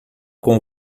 com